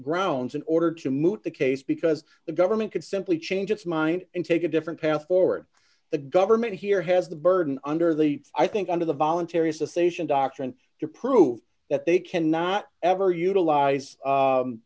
grounds in order to move the case because the government could simply change its mind and take a different path forward the government here has the burden under the i think under the voluntary association doctrine to prove that they cannot ever utilize